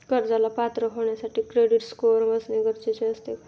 कर्जाला पात्र होण्यासाठी क्रेडिट स्कोअर असणे गरजेचे असते का?